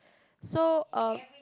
so uh